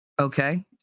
Okay